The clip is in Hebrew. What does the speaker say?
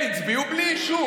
הם הצביעו בלי אישור.